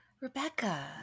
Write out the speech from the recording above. Rebecca